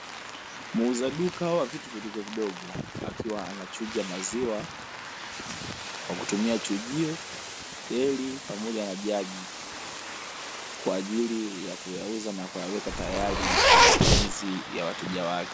Muuza duka wa vitu vidogo vidogo akiwa anachuja maziwa kwa kutumia chujio, deli pamoja na jagi kwa ajili ya kiyauza na kuyaweka tayari kwa matumizi ya wateja wake.